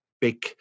big